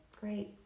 Great